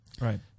Right